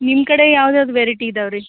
ನಿಮ್ಮ ಕಡೆ ಯಾವ್ದು ಯಾವ್ದು ವೆರೈಟಿ ಇದ್ದಾವ್ರಿ